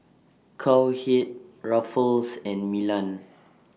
Cowhead Ruffles and Milan